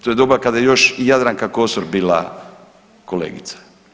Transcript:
To je doba kada je još Jadranka Kosor bila kolegica.